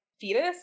fetus